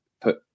put